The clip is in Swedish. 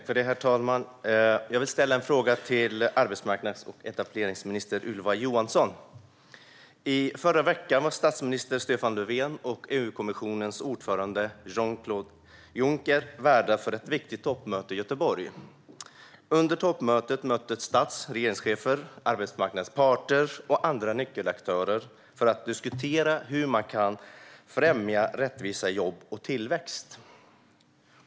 Herr talman! Jag vill ställa en fråga till arbetsmarknads och etableringsminister Ylva Johansson. Förra veckan var statsminister Stefan Löfven och EU-kommissionens ordförande Jean-Claude Juncker värdar för ett viktigt toppmöte i Göteborg. Under toppmötet mötte stats och regeringschefer arbetsmarknadens parter och andra nyckelaktörer för att diskutera hur man kan främja rättvisa jobb och tillväxt.